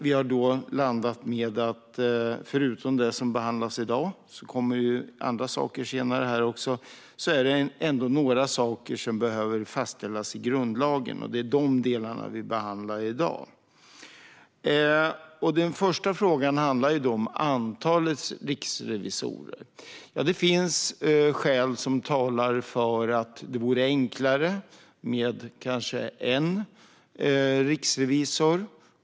Vi har då landat i - förutom det som behandlas i dag kommer det också andra saker senare - att några saker behöver fastställas i grundlagen. Det är de förslagen vi behandlar i dag. Den första frågan gäller antalet riksrevisorer. Det finns skäl som talar för att det kanske vore enklare att ha bara en riksrevisor.